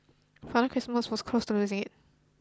Father Christmas was close to losing it